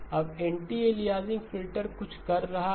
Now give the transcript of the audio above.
अब anti aliasing filter कुछ कर रहा है